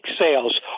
sales